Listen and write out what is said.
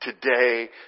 today